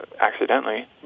accidentally